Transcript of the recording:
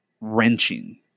wrenching